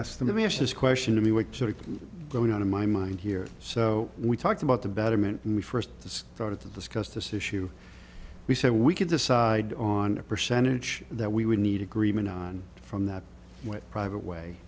of his question to me what sort of going on in my mind here so we talked about the betterment when we first started to discuss this issue we said we could decide on a percentage that we would need agreement on from that what private way